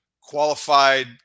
qualified